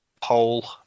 poll